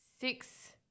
six